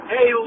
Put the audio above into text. Hey